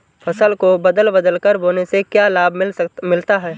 फसल को बदल बदल कर बोने से क्या लाभ मिलता है?